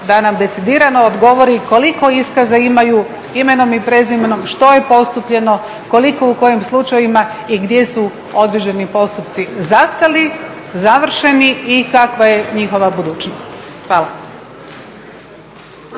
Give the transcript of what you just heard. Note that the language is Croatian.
da nam decidirano odgovori koliko iskaza imaju imenom i prezimenom, što je postupano, koliko u kojim slučajevima i gdje su određeni postupci zastali, završeni i kakva je njihova budućnost. Hvala.